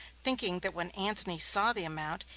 thinking that when antony saw the amount,